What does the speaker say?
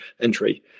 entry